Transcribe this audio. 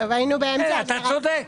אתה צודק.